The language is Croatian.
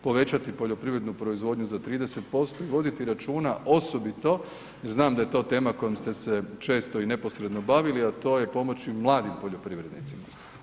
Povećati poljoprivrednu proizvodnju za 30% i voditi računa osobito, znam da je to tema kojom ste se često i neposredno bavili, a to je pomoći mladim poljoprivrednicima.